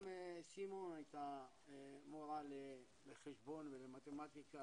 גם סימון הייתה מורה לחשבון ולמתמטיקה